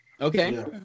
Okay